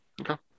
Okay